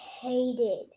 hated